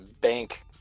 bank